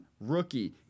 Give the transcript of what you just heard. rookie